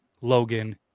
Logan